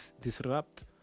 disrupt